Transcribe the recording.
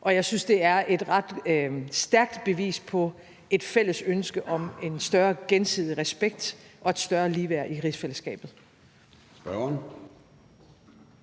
Og jeg synes, det er et ret stærkt bevis på et fælles ønske om en større gensidig respekt og et større ligeværd i rigsfællesskabet.